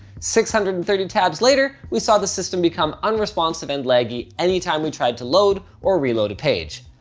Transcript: six hundred and thirty tabs later, we saw the system become unresponsive and laggy anytime we tried to load or reload a page.